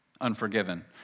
unforgiven